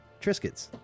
triscuits